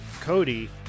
Cody